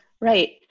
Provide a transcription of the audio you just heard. Right